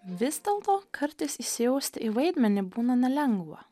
vis dėlto kartais įsijausti į vaidmenį būna nelengva